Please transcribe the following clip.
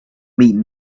meeting